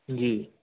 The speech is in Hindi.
जी